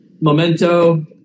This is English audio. Memento